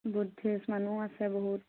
Buddhist মানুহ আছে বহুত